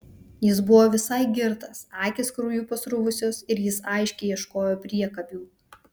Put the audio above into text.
jis buvo visai girtas akys krauju pasruvusios ir jis aiškiai ieškojo priekabių